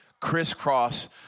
Crisscross